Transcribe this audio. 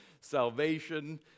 salvation